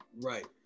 right